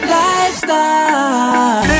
lifestyle